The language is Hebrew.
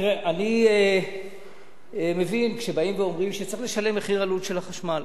אני מבין שבאים ואומרים שצריך לשלם את מחיר עלות החשמל,